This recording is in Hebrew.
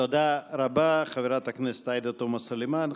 תודה רבה, חברת הכנסת עאידה תומא סלימאן.